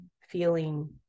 feeling